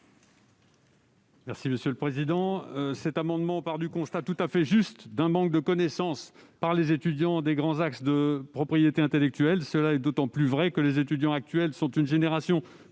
de la commission ? Cet amendement part du constat, tout à fait juste, d'un manque de connaissances par les étudiants des grands axes de la propriété intellectuelle. C'est d'autant plus vrai que les étudiants actuels sont issus d'une génération confrontée